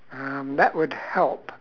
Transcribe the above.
um that would help